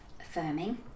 affirming